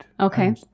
Okay